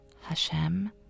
Hashem